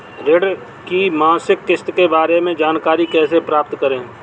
ऋण की मासिक किस्त के बारे में जानकारी कैसे प्राप्त करें?